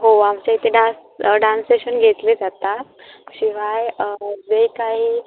हो आमच्या इथे डान्स डान्स सेशन घेतले जातात शिवाय जे काही